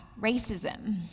Racism